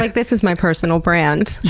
like this is my personal brand.